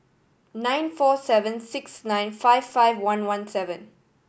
nine four seven six nine five five one one seven